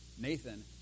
Nathan